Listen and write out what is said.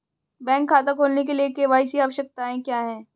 Bank खाता खोलने के लिए के.वाई.सी आवश्यकताएं क्या हैं?